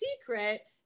secret